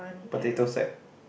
potato sack